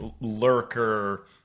lurker